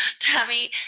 Tammy